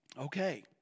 Okay